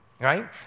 Right